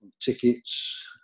tickets